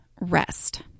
rest